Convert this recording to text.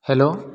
hello